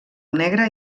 negre